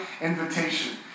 invitation